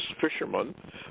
fisherman